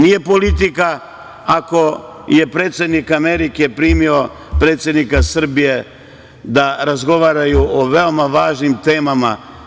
Nije politika ako je predsednik Amerike primio predsednika Srbije da razgovaraju o veoma važnim temama.